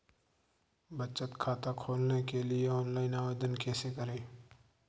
बचत खाता खोलने के लिए ऑनलाइन आवेदन कैसे करें?